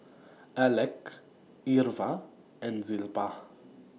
Alek Irva and Zilpah